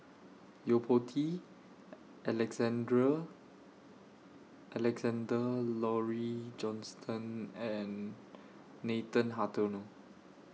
Yo Po Tee Alexandra Alexander Laurie Johnston and Nathan Hartono